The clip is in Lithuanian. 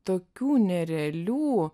tokių nerealių